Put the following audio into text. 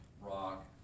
rock